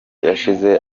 yashize